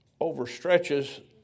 overstretches